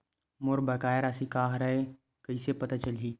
मोर बकाया राशि का हरय कइसे पता चलहि?